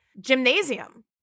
gymnasium